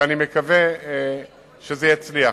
ואני מקווה שזה יצליח.